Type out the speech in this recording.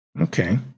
okay